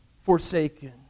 forsaken